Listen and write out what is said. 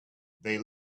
they